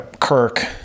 Kirk